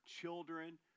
children